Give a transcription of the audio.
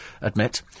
admit